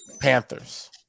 Panthers